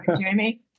jamie